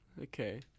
Okay